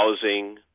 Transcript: housing